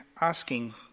asking